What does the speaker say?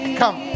come